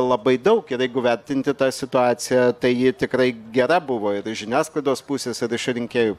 labai daug ir jeigu vertinti tą situaciją tai ji tikrai gera buvo ir iš žiniasklaidos pusės ir iš rinkėjų